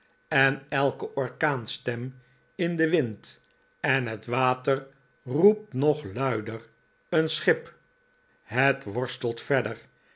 en elke orkaanstem in den wind en het water roept nog luider een schip het worstelt verder